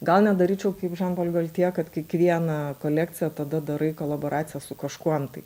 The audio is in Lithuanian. gal net daryčiau kaip žan pol goltje kad kiekvieną kolekciją tada darai kolaboraciją su kažkuom tai